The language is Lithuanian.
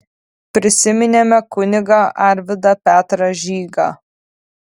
prisiminėme kunigą arvydą petrą žygą